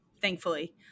thankfully